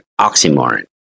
oxymoron